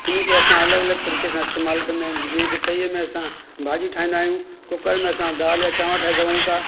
हिननि खे असां अलॻि अलॻि तरीक़े सां इस्तेमालु कंदा आहिनि जीअं की तईअ में असां भाॼी ठाहींदा आहियूं कुकर में असां दालि या चांवर ठाहे सघूं था